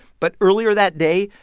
but earlier that day,